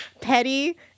petty